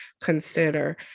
consider